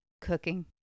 cooking